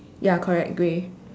ya correct grey